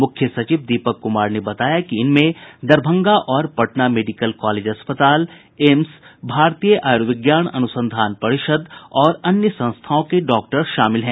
मुख्य सचिव दीपक कुमार ने बताया कि इनमें दरभंगा और पटना मेडिकल कॉलेज अस्पताल एम्स भारतीय आयुर्विज्ञान अनुसंधान परिषद् और अन्य संस्थाओं के डॉक्टर शामिल हैं